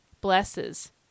blesses